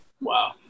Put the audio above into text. Wow